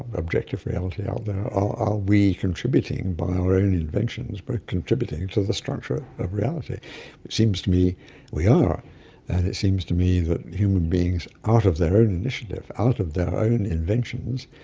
objective reality out there, are we contributing, by our own inventions, but contributing to the structure of reality? it seems to me we are and it seems to me that human beings, out of their own initiative, out of their own inventions,